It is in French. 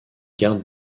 gardes